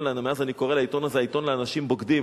אני קורא לעיתון הזה, עיתון לאנשים בוגדים.